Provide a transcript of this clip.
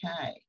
okay